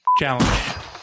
challenge